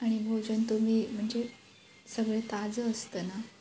आणि भोजन तुम्ही म्हणजे सगळे ताजं असतं ना